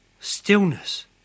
Stillness